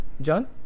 John